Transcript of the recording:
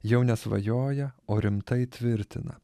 jau nesvajoja o rimtai tvirtina